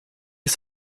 ist